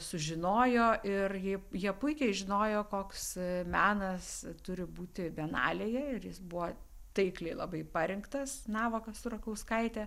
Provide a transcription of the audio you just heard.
sužinojo ir jie jie puikiai žinojo koks menas turi būti bienalėje ir jis buvo taikliai labai parinktas navakas su rakauskaite